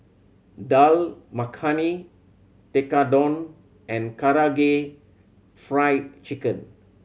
Dal Makhani Tekkadon and Karaage Fried Chicken